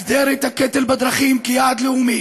הגדר את הקטל בדרכים כיעד לאומי